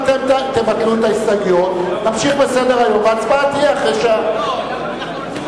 תבטלו את ההסתייגויות נמשיך בסדר-היום וההצבעה תהיה אחרי שעה.